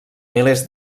milers